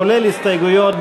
כולל הסתייגויות,